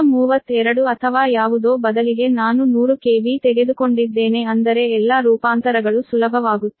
132 ಅಥವಾ ಯಾವುದೋ ಬದಲಿಗೆ ನಾನು 100 KV ತೆಗೆದುಕೊಂಡಿದ್ದೇನೆ ಅಂದರೆ ಎಲ್ಲಾ ರೂಪಾಂತರಗಳು ಸುಲಭವಾಗುತ್ತದೆ